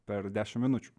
per dešim minučių